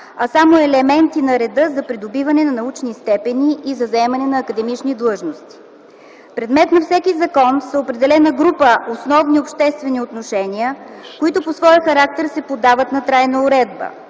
а само елементи на реда за придобиване на научни степени и за заемане на академични длъжности. Предмет на всеки закон е определена група основни обществени отношения, които по своя характер се поддават на трайна уредба.